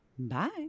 Bye